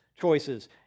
choices